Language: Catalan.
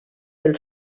del